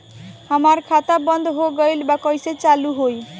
हमार खाता बंद हो गइल बा कइसे चालू होई?